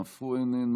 אף הוא איננו,